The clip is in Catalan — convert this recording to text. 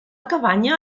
cabanya